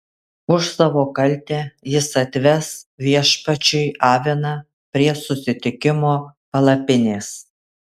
už savo kaltę jis atves viešpačiui aviną prie susitikimo palapinės